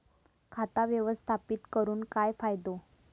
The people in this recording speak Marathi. खाता व्यवस्थापित करून काय फायदो?